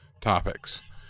topics